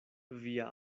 via